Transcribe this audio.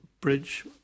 Bridge